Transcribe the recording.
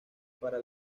para